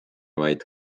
vaid